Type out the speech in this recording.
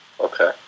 Okay